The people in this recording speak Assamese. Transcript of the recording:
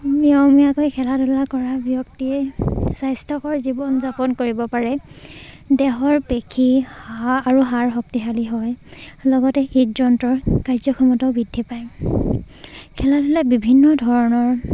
নিয়মীয়াকৈ খেলা ধূলা কৰা ব্যক্তিয়ে স্বাস্থ্যকৰ জীৱন যাপন কৰিব পাৰে দেহৰ পেশী হাড় আৰু হাড় শক্তিশালী হয় লগতে হৃদযন্ত্ৰৰ কাৰ্যক্ষমতাও বৃদ্ধি পায় খেলা ধূলা বিভিন্ন ধৰণৰ